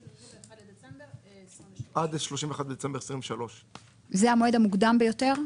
עד דצמבר 2023. עד 31 בדצמבר 2023. זה המועד המוקדם ביותר?